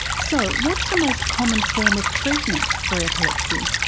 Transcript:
so what's the most common form of treatment for epilepsy?